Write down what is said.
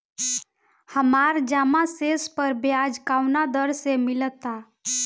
हमार जमा शेष पर ब्याज कवना दर से मिल ता?